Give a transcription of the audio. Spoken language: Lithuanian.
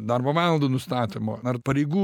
darbo valandų nustatymo ar pareigų